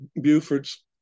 Buford's